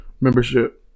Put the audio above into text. membership